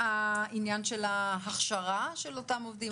העניין של ההכשרה של אותם עובדים,